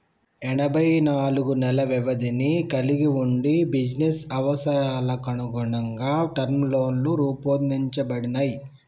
ఎనబై నాలుగు నెలల వ్యవధిని కలిగి వుండి బిజినెస్ అవసరాలకనుగుణంగా టర్మ్ లోన్లు రూపొందించబడినయ్